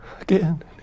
again